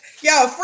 yo